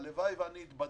הלוואי שאתבדה,